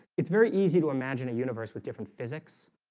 it's very easy to imagine a universe with different physics,